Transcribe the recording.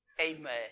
Amen